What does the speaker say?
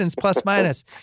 plus-minus